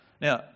Now